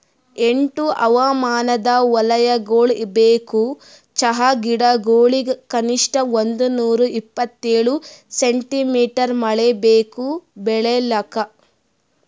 ಎಂಟು ಹವಾಮಾನದ್ ವಲಯಗೊಳ್ ಬೇಕು ಚಹಾ ಗಿಡಗೊಳಿಗ್ ಕನಿಷ್ಠ ಒಂದುನೂರ ಇಪ್ಪತ್ತೇಳು ಸೆಂಟಿಮೀಟರ್ ಮಳೆ ಬೇಕು ಬೆಳಿಲಾಕ್